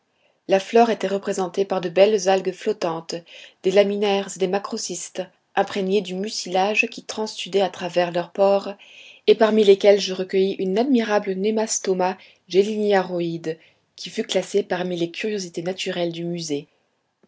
la flore était représentée par de belles algues flottantes des laminaires et des macrocystes imprégnées du mucilage qui transsudait à travers leurs pores et parmi lesquelles je recueillis une admirable nemastoma geliniaroide qui fut classée parmi les curiosités naturelles du musée